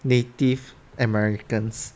native americans